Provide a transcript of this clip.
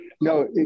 No